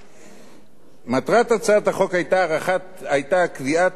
מטרת הצעת החוק היתה קביעת הוראת השעה